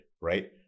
right